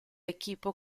equipo